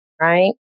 right